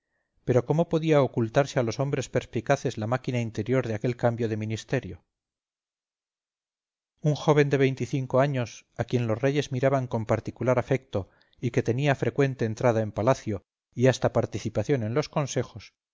pero cómo podía ocultarse a los hombres perspicaces la máquina interior de aquel cambio de ministerio un joven de años a quien los reyes miraban con particular afecto y que tenía frecuente entrada en palacio y hasta participación en los consejos